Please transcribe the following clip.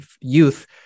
youth